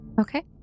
Okay